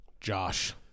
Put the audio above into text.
Josh